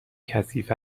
کثیف